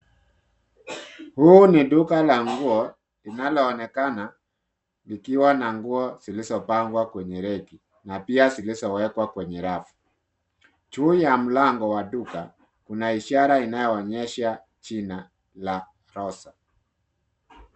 Huu ni duka la nguo ,linaloonekana likiwa na nguo zilizopangwa kwenye reki na pia zilizowekwa kwenye rafu. Juu ya mlango wa duka kuna ishara, inayoonyesha jina la LA ROSA .